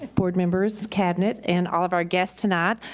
ah board members, cabinet and all of our guests tonight.